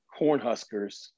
Cornhuskers